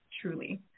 truly